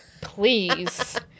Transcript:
please